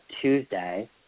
Tuesday